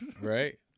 Right